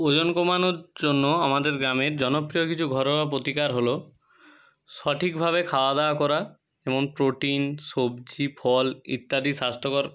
ওজন কমানোর জন্য আমাদের গ্রামের জনপ্রিয় কিছু ঘটনার প্রতিকার হলো সঠিকভাবে খাওয়াদাওয়া করা এবং প্রোটিন সবজি ফল ইত্যাদি স্বাস্থ্যকর